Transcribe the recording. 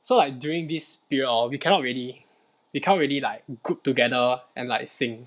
so like during this period hor we cannot really we cannot really like group together and like sing